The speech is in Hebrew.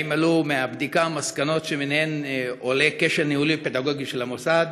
2. האם עלו מהבדיקה מסקנות שמהן עולה כשל ניהולי ופדגוגי של המוסד?